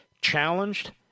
challenged